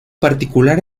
particular